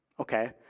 Okay